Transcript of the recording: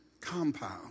compound